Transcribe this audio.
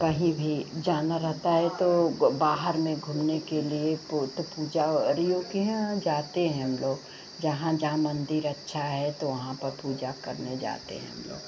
कहीं भी जाना रहता है तो बाहर में घूमने के लिए पो तो पूजा अरि वो की यहाँ जाते हैं हम लोग जहाँ जहाँ मन्दिर अच्छा है तो वहाँ पर पूजा करने जाते हम लोग